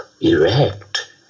erect